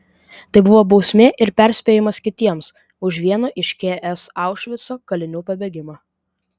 tai buvo bausmė ir perspėjimas kitiems už vieno iš ks aušvico kalinių pabėgimą